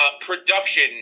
production